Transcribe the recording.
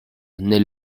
naît